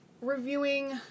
reviewing